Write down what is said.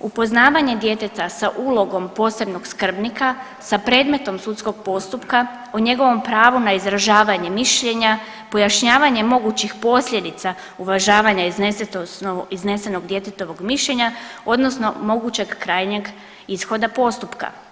upoznavanje djeteta sa ulogom posebnog skrbnika, sa predmetom sudskog postupka, o njegovom pravu na izražavanje mišljenja, pojašnjavanje mogućih posljedica uvažavanja iznesenog djetetovog odnosno mogućeg krajnjeg ishoda postupka.